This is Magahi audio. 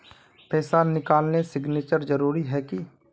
पैसा निकालने सिग्नेचर जरुरी है की?